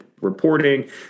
reporting